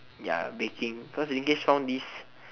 ya baking cause found this